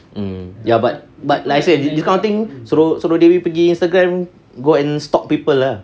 mm ya but but like I say these kind of thing suruh dewi pergi Instagram go and stalk people lah